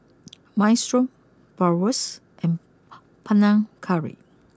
Minestrone Bratwurst and Panang Curry